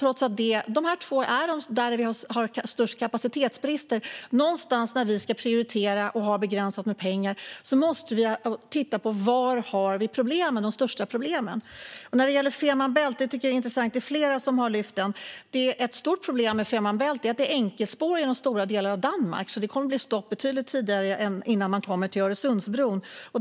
Det är på de två sträckorna vi har störst kapacitetsbrister. När vi ska prioritera och har begränsat med pengar måste vi titta på var de största problemen finns. När det gäller Fehmarn Bält är det intressant. Det är flera som har lyft upp den förbindelsen. Ett stort problem där är att det är enkelspår genom stora delar av Danmark. Det kommer alltså att bli stopp långt innan man kommer till Öresundsbron.